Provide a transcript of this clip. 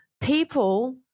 People